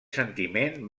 sentiment